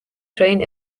train